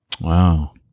Wow